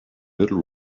little